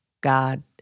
God